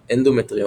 אנדומטריומות.